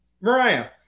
Mariah